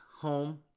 home